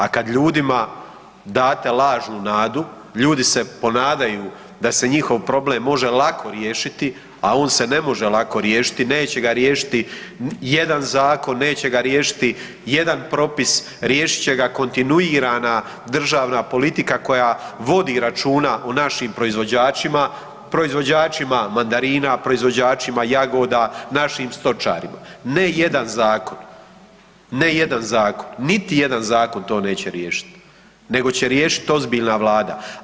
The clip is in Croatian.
A kad ljudima date lažnu nadu ljudi se ponadaju da se njihov problem može lako riješiti, a on se ne može lako riješiti, neće ga riješiti jedan zakon, neće ga riješiti jedan propis, riješit će ga kontinuirana državna politika koja vodi računa o našim proizvođačima, proizvođačima mandarina, proizvođačima jagoda, našim stočarima, ne jedan zakon, ne jedan zakon, niti jedan zakon to neće riješit nego će riješit ozbiljna vlada.